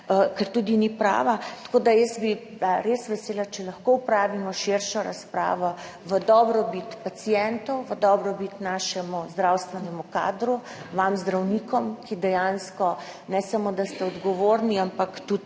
ker tudi ni prava. Jaz bi bila res vesela, če bi lahko opravili širšo razpravo v dobrobit pacientov, v dobrobit našemu zdravstvenemu kadru, vam zdravnikom, ki dejansko ne samo, da ste odgovorni, ampak tudi